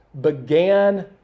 began